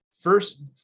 First